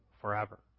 forever